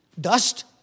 Dust